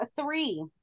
three